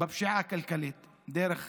בפשיעה הכלכלית דרך